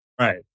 Right